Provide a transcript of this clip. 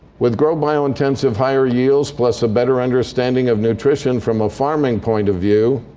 with grow biointensive higher yields plus a better understanding of nutrition from a farming point of view,